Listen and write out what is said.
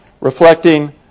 reflecting